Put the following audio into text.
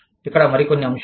ఇక్కడ మరికొన్ని అంశాలు